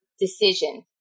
decision